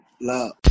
Love